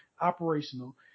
operational